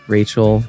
Rachel